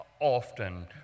often